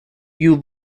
you